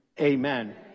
amen